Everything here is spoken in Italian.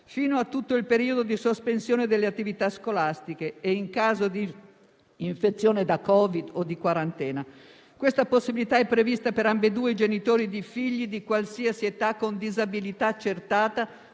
fino a tutto il periodo di sospensione delle attività scolastiche e in caso di infezione da Covid o di quarantena. Questa possibilità è prevista per ambedue i genitori di figli di qualsiasi età con disabilità accertata